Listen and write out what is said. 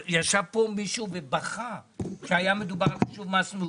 היה פה מישהו ובכה כשהיה מדובר על זה.